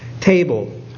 table